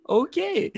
okay